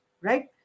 right